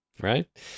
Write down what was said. Right